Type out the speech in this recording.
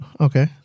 Okay